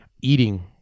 eating